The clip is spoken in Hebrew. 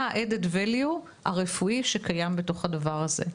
היתרון הרפואי הנוסף שקיים בתוך הדבר הזה.